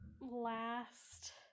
last